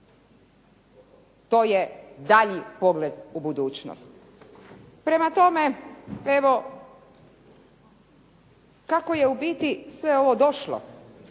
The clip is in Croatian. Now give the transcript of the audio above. to je daljnji pogled u budućnost. Prema tome, evo kako je u biti sve ovo došlo